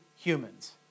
humans